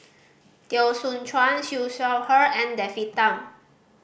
Teo Soon Chuan Siew Shaw Her and David Tham